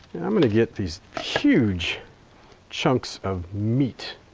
and i'm going to get these huge chunks of meat,